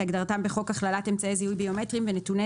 כהגדרתם בחוק הכללת אמצעי זיהוי ביומטריים ונתוני